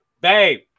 babe